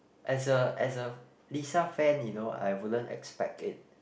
as a as a Lisa fan you know I wouldn't expect it